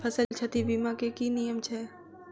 फसल क्षति बीमा केँ की नियम छै?